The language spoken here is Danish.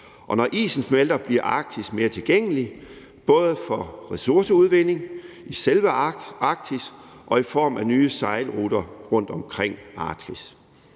Når isen smelter, bliver Arktis mere tilgængelig både for ressourceudvinding i selve Arktis og i form af nye sejlruter rundt omkring Arktis.